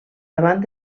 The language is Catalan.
davant